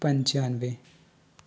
पंचानवें